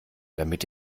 damit